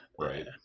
Right